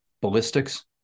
Ballistics